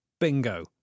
bingo